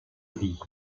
vie